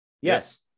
Yes